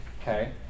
Okay